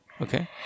Okay